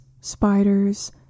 spiders